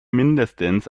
mindestens